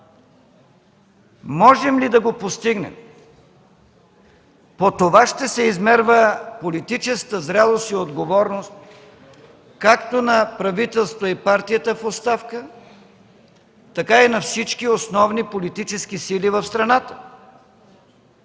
Можем ли да го постигнем? По това ще се измерва политическата зрялост и отговорност както на правителството и партията в оставка, така и на всички основни политически сили в страната.